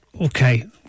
okay